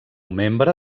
membre